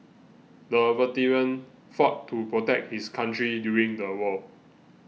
the veteran fought to protect his country during the war